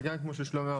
וגם כמו ששלומי אמר,